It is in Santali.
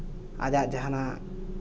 ᱟᱡᱟᱜ ᱡᱟᱦᱟᱱᱟᱜ